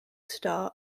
star